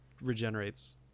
regenerates